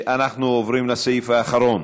אנחנו עוברים לסעיף האחרון